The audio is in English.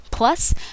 Plus